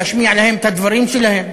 להשמיע להם את הדברים שלהם.